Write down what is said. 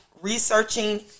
researching